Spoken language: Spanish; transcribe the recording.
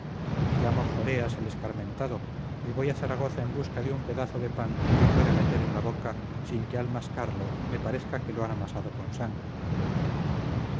me llamo joreas el escarmentado y voy a zaragoza en busca de un pedazo de pan que yo pueda meter en la boca sin que al mascarlo me parezca que lo han amasado con sangre